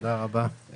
תודה רבה.